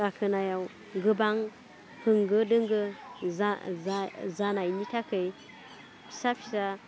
गाखोनायाव गोबां होंगो दोंगो जा जा जानायनि थाखै फिसा फिसा